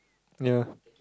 ya